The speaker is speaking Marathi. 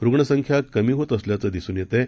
रुग्णसंख्या कमी होत असल्याचं दिसून येत आहे